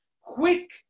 quick